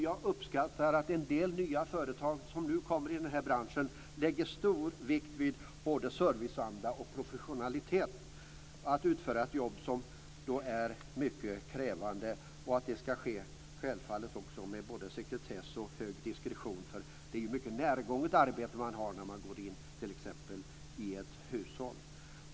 Jag uppskattar att en del nya företag som nu kommer inom den här branschen lägger stor vikt vid både serviceanda och professionalitet för att utföra ett jobb som är mycket krävande. Det ska självfallet ske med både sekretess och hög diskretion, för det är ett mycket närgånget arbete man har när man går in t.ex. i ett hushåll.